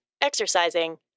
exercising